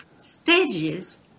stages